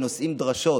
ונושאים דרשות